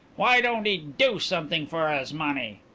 why don't he do something for his money?